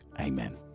Amen